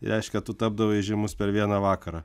reiškia tu tapdavai žymus per vieną vakarą